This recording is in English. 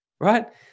right